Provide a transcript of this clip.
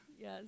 Yes